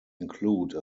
include